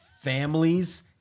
families